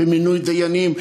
במינוי דיינים.